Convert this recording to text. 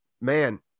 man